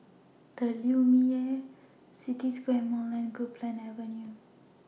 The Lumiere City Square Mall and Copeland Avenue